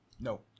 No